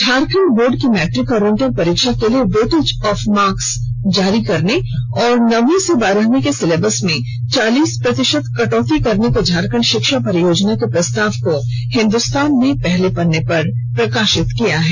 Jharkhand board के matric और inter परीक्षा के लिए वेटेज ऑफ मार्क्स जारी करने और नौवीं से बारहवीं के सिलेबस में चालीस प्रतिशत कटौती करने के झारखंड शिक्षा परियोजना के प्रस्ताव को हिंदुस्तान ने पहले पन्ने पर जगह दी है